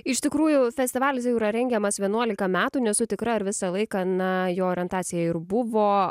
iš tikrųjų festivalis jau yra rengiamas vienuolika metų nesu tikra ar visą laiką na jo orientacija ir buvo